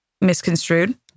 misconstrued